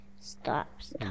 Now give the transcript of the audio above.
stops